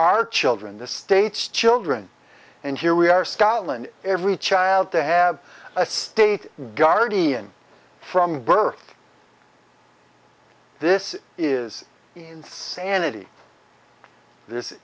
our children the state's children and here we are scotland every child to have a state guardian from birth this is insanity this